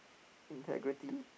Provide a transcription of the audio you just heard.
integrity